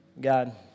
God